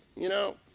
you know,